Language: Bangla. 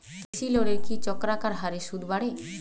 কৃষি লোনের কি চক্রাকার হারে সুদ বাড়ে?